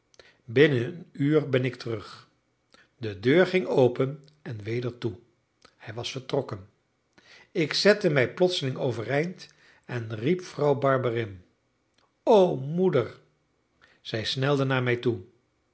binnen een uur ben ik terug de deur ging open en weder toe hij was vertrokken ik zette mij plotseling overeind en riep vrouw barberin o moeder zij snelde naar mij toe